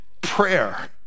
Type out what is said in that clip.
prayer